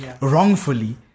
wrongfully